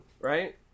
right